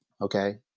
okay